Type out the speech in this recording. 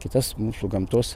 kitas mūsų gamtos